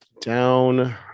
down